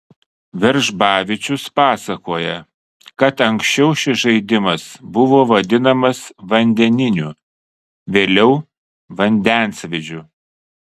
veržbavičius pasakoja kad anksčiau šis žaidimas buvo vadinamas vandeniniu vėliau vandensvydžiu